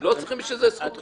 לא צריכים בשביל זה זכות חפות.